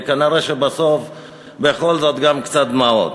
וכנראה בסוף בכל זאת גם קצת דמעות.